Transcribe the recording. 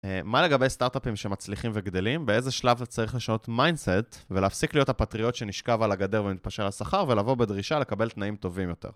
מה לגבי סטארט-אפים שמצליחים וגדלים? באיזה שלב אתה צריך לשנות מיינסט ולהפסיק להיות הפטריוט שנשכב על הגדר ומתפשר על השכר ולבוא בדרישה לקבל תנאים טובים יותר?